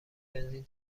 بنزین